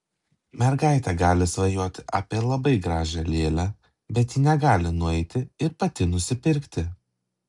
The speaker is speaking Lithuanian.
mergaitė gali svajoti apie labai gražią lėlę bet ji negali nueiti ir pati nusipirkti